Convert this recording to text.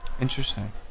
Interesting